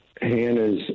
Hannah's